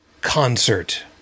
concert